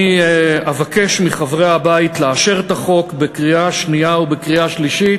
אני אבקש מחברי הבית לאשר את החוק בקריאה שנייה ובקריאה שלישית,